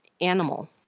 animal